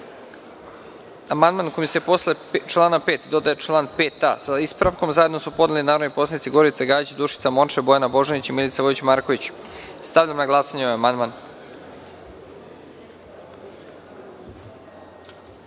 kojim se posle člana 5. dodaje član 5a, sa ispravkom, zajedno su podnele narodne poslanice Gorica Gajić, Dušica Morčev, Bojana Božanić i Milica Vojić Marković. Stavljam na glasanje ovaj